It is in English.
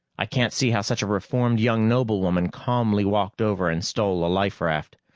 i can't see how such a reformed young noblewoman calmly walked over and stole a life raft.